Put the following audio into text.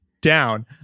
down